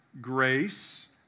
grace